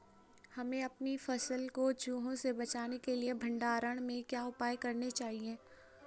हमें अपनी फसल को चूहों से बचाने के लिए भंडारण में क्या उपाय करने चाहिए?